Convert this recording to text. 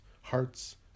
hearts